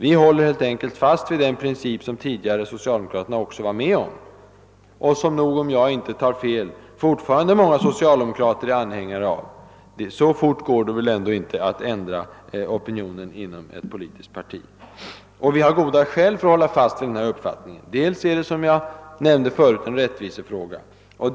Vi håller helt enkelt fast vid den princip som socialdemokraterna tidigare också var med om och som nog, om jag inte tar fel, fortfarande många socialdemokrater är anhängare av. Så fort går det ändå inte att ändra opinionen inom ett politiskt parti. Vi har goda skäl för vår uppfattning. Dels är det, som jag nämnde förut, en rättvisefråga.